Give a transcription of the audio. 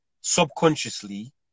subconsciously